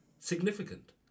Significant